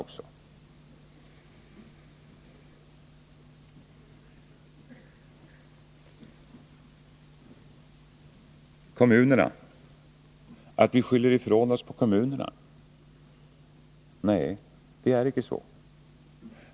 Olof Palme säger att vi skyller ifrån oss på kommunerna. Nej, det är icke så.